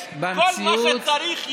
כל מה שצריך יש,